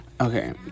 Okay